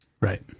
Right